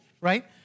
right